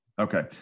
Okay